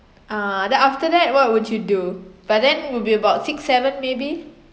uh then after that what would you do but then would be about six seven maybe